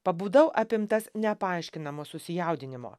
pabudau apimtas nepaaiškinamo susijaudinimo